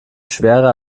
schwerer